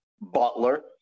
Butler